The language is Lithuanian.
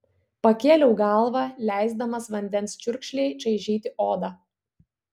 pakėliau galvą leisdamas vandens čiurkšlei čaižyti odą